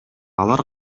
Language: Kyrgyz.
алар